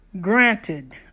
Granted